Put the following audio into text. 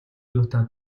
юутай